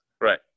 Right